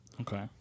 Okay